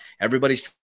everybody's